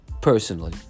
personally